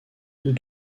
deux